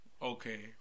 Okay